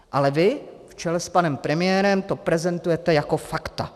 Ale vy, v čele s panem premiérem, to prezentujete jako fakta.